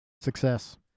Success